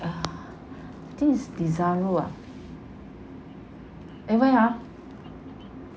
uh I think it's desaru ah eh where ah